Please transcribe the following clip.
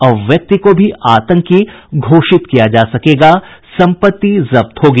अब व्यक्ति को भी आतंकी घोषित किया जा सकेगा सम्पत्ति जब्त होगी